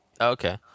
Okay